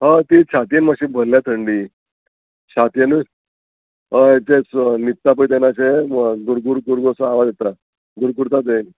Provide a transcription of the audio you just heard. हय ती छातयेन मात्शें भरल्या थंडी छातयेनूच हय तेंच न्हिदता पय तेन्ना अशें गुरगुर गुरगुर असो आवाज येत्रा गुरगुरता तें